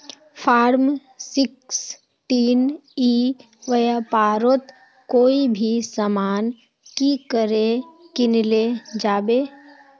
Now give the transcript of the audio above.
Form sixteen ई व्यापारोत कोई भी सामान की करे किनले जाबे?